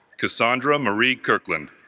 cassandra marie kirkland